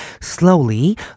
slowly